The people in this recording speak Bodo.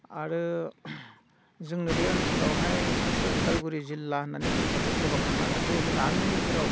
आरो जोंनो बे ओनसोलावहाय सासे उदालगुरि जिल्ला होननानै बुङोब्लाथ' गोबां थानो हागौ खिन्थु आंनि नोजोराव